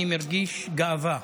אני מרגיש גאווה,